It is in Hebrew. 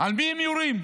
על מי הם יורים?